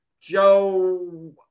Joe